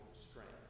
strength